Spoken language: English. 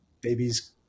babies